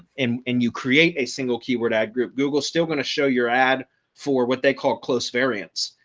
and and you create a single keyword ad group, google still going to show your ad for what they call close variants.